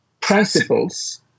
principles